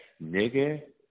Nigga